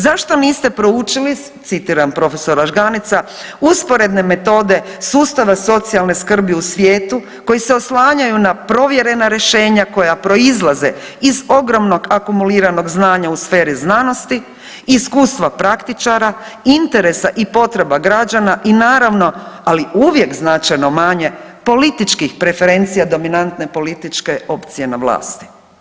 Zašto niste proučili, citiram prof. Žganeca, usporedne metode sustava socijalne skrbi u svijetu koji se oslanjaju na provjerena rješenja koja proizlaze iz ogromnog akumuliranog znanja u sferi znanosti, iskustva praktičara, interesa i potreba građana i naravno, ali uvijek značajno manje političkih preferencija dominantne političke opcije na vlasti?